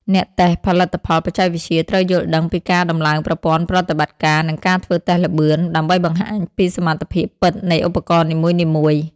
អ្នកតេស្តផលិតផលបច្ចេកវិទ្យាត្រូវយល់ដឹងពីការដំឡើងប្រព័ន្ធប្រតិបត្តិការ និងការធ្វើតេស្តល្បឿន ដើម្បីបង្ហាញពីសមត្ថភាពពិតនៃឧបករណ៍នីមួយៗ។